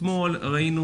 אתמול ראינו